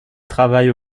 travaille